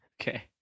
Okay